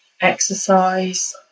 exercise